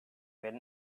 made